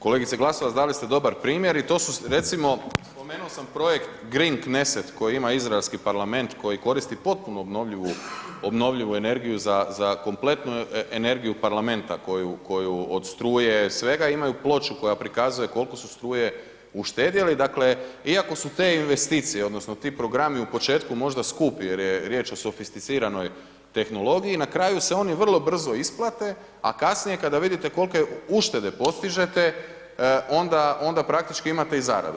Kolegice Glasovac, dali ste dobar primjer i to su recimo, spomenuo sam Projekt Green Knesset koji ima izraelski parlament, koji koristi potpuno obnovljivu energiju za kompletnu energiju parlamenta, od struje, svega, imaju ploču koja prikazuje koliko su struje uštedjeli, dakle, iako su te investicije, odnosno ti programi u početku možda skupi jer je riječ o sofisticiranoj tehnologiji, na kraju se oni vrlo brzo isplate, a kasnije kada vidite kolike uštede postižete, onda praktički imate i zaradu.